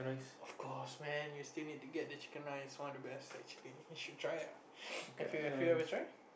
of course man you still need to get the chicken rice one of the best actually you should try ah have you have you ever try